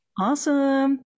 Awesome